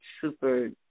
super